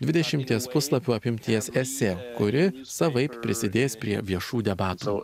dvidešimties puslapių apimties esė kuri savaip prisidės prie viešų debatų